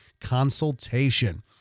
consultation